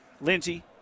Lindsey